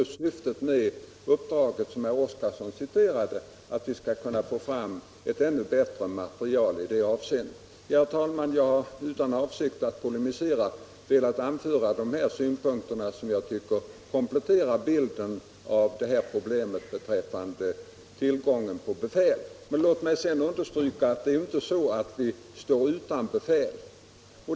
Syftet med det uppdrag, som herr Oskarson här nämnde, är just att vi skall få fram ett ännu bättre material i det avseendet. Som jag sade har det inte varit min avsikt att här polemisera, utan jag har bara velat anföra dessa synpunkter som jag tycker kompletterar bilden av tillgången på befäl. Men låt mig också understryka att det inte är så att vi står utan befäl.